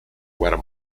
guerra